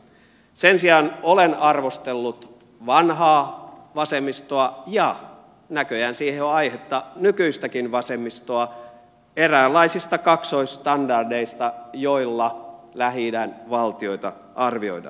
sen sijaan olen arvostellut vanhaa vasemmistoa ja näköjään siihen on aihetta nykyistäkin vasemmistoa eräänlaisista kaksoisstandardeista joilla lähi idän valtioita arvioidaan